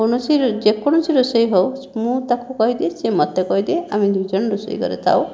କୌଣସି ଯେକୌଣସି ରୋଷେଇ ହେଉ ମୁଁ ତାକୁ କହିଦିଏ ସିଏ ମୋତେ କହିଦିଏ ଆମେ ଦୁଇଜଣ ରୋଷେଇ ଘରେ ଥାଉ